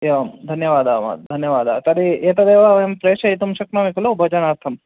एवं धन्यवादाः धन्यवादाः तर्हि एतदेव वयं प्रेषयितुं शक्नोमि खलु भोजनार्थम्